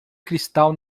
cristal